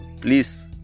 Please